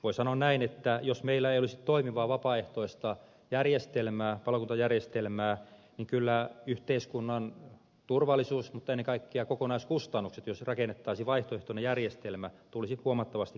voi sanoa näin että jos meillä ei olisi toimivaa vapaaehtoista palokuntajärjestelmää niin kyllä yhteiskunnan turvallisuus mutta ennen kaikkea kokonaiskustannukset jos rakennettaisiin vaihtoehtoinen järjestelmä tulisivat huomattavasti kalliimmiksi